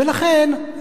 ולכן,